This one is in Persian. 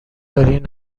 دارین